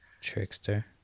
trickster